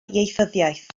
ieithyddiaeth